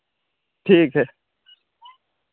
ठीक है